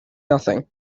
nothing